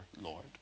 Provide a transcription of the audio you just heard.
Lord